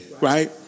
Right